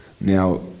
Now